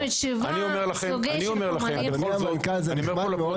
לפרוטוקול אין לו.